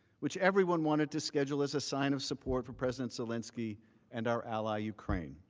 which everyone wanted to schedule as a sign of support for president zelensky and our ally ukraine.